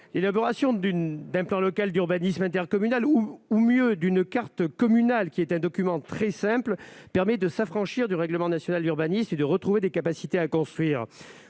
L'élaboration d'un plan local d'urbanisme intercommunal ou, mieux, d'une carte communale- un document très simple -permet de s'affranchir du règlement national d'urbanisme et de retrouver des capacités à construire.